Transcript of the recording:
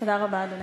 תודה רבה, אדוני.